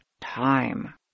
time